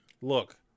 Look